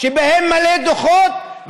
שמלאות בדוחות,